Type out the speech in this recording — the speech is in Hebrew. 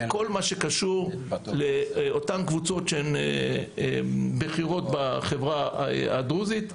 כל מה שקשור לאותן קבוצות בחברה הדרוזית.